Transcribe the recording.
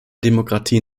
demokratien